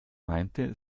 meinte